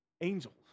Angels